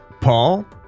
paul